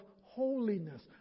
holiness